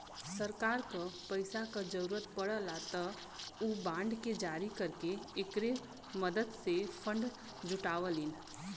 सरकार क पैसा क जरुरत पड़ला त उ बांड के जारी करके एकरे मदद से फण्ड जुटावलीन